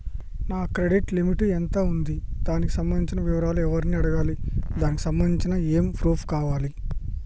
నా credit limit ఎంత ఉంది? దానికి సంబంధించిన వివరాలు ఎవరిని అడగాలి? దానికి సంబంధించిన ఏమేం ప్రూఫ్స్ కావాలి?